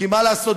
כי מה לעשות,